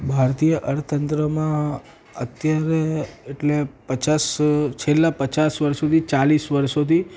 ભારતીય અર્થતંત્રમાં અત્યારે એટલે પચાસ છેલ્લાં પચાસ વરસોથી ચાલીસ વરસોથી